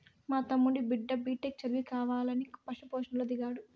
మా తమ్ముడి బిడ్డ బిటెక్ చదివి కావాలని పశు పోషణలో దిగాడు